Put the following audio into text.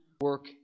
work